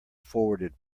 forwarded